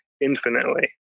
infinitely